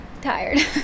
tired